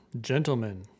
Gentlemen